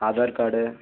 Aadhaar card